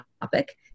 topic